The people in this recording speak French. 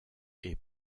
est